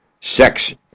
sex